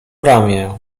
ramię